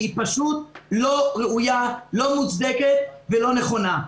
היא פשוט לא ראויה, לא מוצדקת ולא נכונה.